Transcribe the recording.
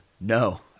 No